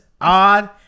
odd